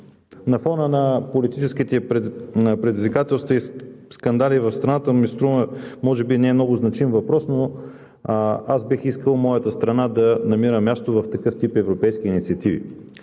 на фона на политическите предизвикателства и скандали в страната ми се струва може би немного значим въпрос, но аз бих искал моята страна да намира място в такъв тип европейски инициативи,